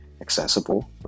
accessible